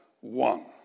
one